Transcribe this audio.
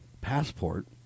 passport